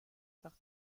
par